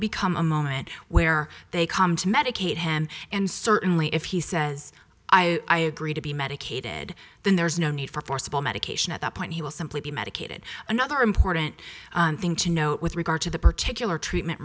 become a moment where they come to medicate him and certainly if he says i agree to be medicated then there's no need for forcible medication at that point he will simply be medicated another important thing to note with regard to the particular treatment